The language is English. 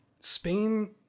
Spain